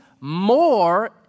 more